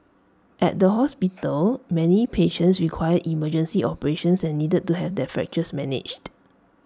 at the hospital many patients required emergency operations and needed to have their fractures managed